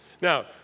Now